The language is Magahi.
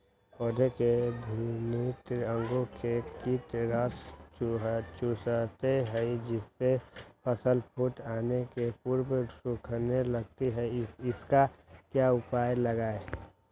पौधे के विभिन्न अंगों से कीट रस चूसते हैं जिससे फसल फूल आने के पूर्व सूखने लगती है इसका क्या उपाय लगाएं?